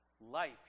life